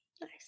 Nice